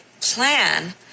plan